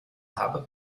habe